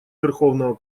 верховного